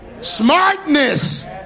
smartness